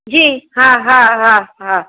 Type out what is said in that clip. जी हा हा हा हा